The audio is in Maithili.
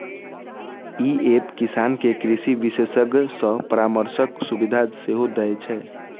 ई एप किसान कें कृषि विशेषज्ञ सं परामर्शक सुविधा सेहो दै छै